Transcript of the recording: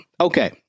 okay